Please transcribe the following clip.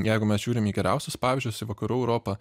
jeigu mes žiūrim į geriausius pavyzdžius į vakarų europą